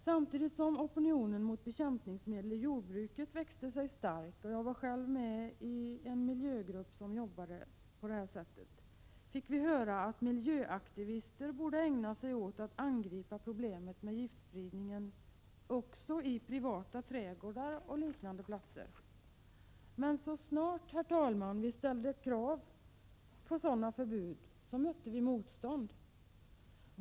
Samtidigt som opinionen mot bekämpningsmedel inom jordbruket växte sig starkt — jag var själv med i en miljögrupp som jobbade med detta — fick vi höra att miljöaktivister borde ägna sig åt att angripa problemet med giftspridning också i privata trädgårdar och på liknande platser. Men, herr talman, så snart vi ställde krav på sådana förbud mötte vi motstånd.